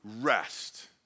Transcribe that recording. rest